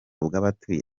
bw’abatuye